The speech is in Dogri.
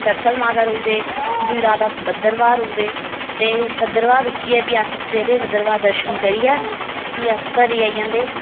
सरथल माता रुकदे दुई रात अस भद्रवाह रुकदे ते भद्रवाह रुकियै फ्ही अस सवेरे भद्रवाह दर्शन करियै फ्ही अस घरै गी आई जन्दे